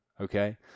Okay